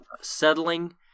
settling